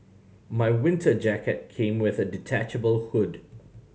my winter jacket came with a detachable hood